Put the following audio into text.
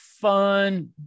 fun